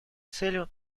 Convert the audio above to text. целью